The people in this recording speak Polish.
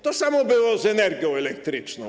To samo było z energią elektryczną.